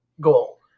goal